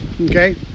okay